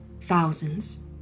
Thousands